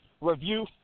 review